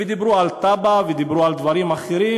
ודיברו על תב"ע ודיברו על דברים אחרים,